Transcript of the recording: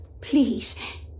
please